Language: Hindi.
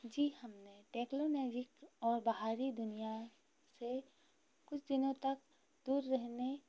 जी हमने टेक्लेनेविक और बाहरी दुनिया से कुछ दिनों तक दूर रहने